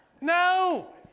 No